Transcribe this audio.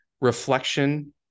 reflection